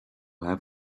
have